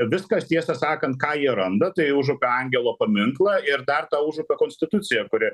viskas tiesą sakant ką jie randa tai užupio angelo paminklą ir dar tą užupio konstituciją kuri